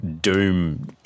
doom